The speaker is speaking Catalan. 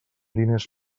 diners